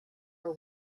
are